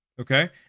okay